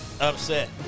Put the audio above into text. Upset